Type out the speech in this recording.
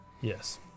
Yes